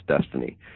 destiny